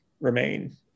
remain